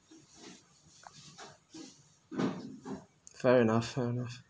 fair enough fair enough